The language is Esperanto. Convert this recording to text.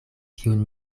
kiun